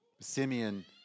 Simeon